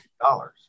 dollars